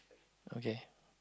okay